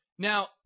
Now